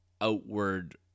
outward